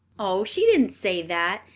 oh, she didn't say that.